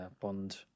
Bond